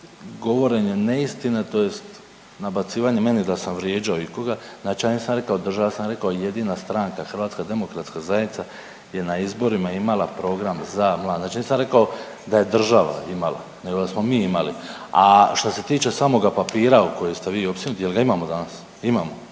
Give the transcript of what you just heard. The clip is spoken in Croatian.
govorenje neistine tj. nabacivanje meni da sam vrijeđao ikoga, znači ja nisam rekao država ja sam rekao jedina stranka Hrvatska demokratska zajednica je na izborima imala program za mlade. Znači, ja nisam rekao da je država imala, nego da smo mi imali. A šta se tiče samoga papira o kojem ste vi opsjednuti jel' ga imamo danas? Imamo.